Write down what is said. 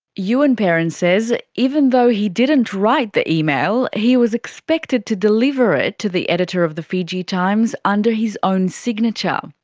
ewan perrin says even though he didn't write the email, he was expected to deliver it to the editor of the fiji times under his own signature.